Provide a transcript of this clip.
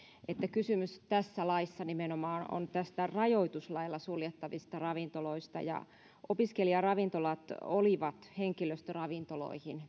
että kysymys tässä laissa on nimenomaan näistä rajoituslailla suljettavista ravintoloista ja opiskelijaravintolat olivat henkilöstöravintoloihin